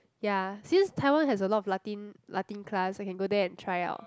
ya since Taiwan has a lot of Latin Latin class I can go there and try out